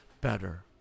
better